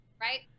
right